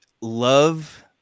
love